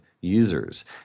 users